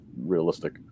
realistic